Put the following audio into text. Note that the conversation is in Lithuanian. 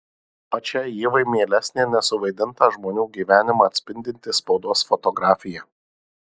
pačiai ievai mielesnė nesuvaidintą žmonių gyvenimą atspindinti spaudos fotografija